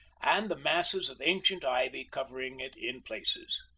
and the masses of ancient ivy covering it in places.